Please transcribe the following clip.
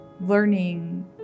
learning